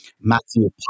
Matthew